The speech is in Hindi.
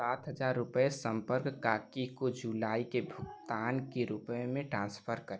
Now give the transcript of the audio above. सात हजार रुपये संपर्क काकी को जुलाई के भुगतान के रूप में ट्रांसफर करें